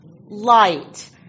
light